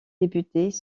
députés